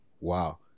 Wow